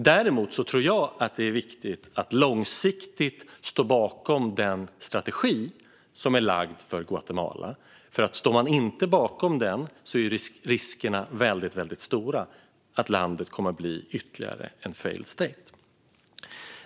Däremot tror jag att det är viktigt att långsiktigt stå bakom den strategi som är lagd för Guatemala, för står man inte bakom den är risken väldigt stor att landet blir ytterligare en failed state.